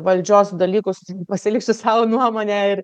valdžios dalykus pasiliksiu sau nuomonę ir